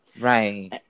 Right